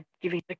giving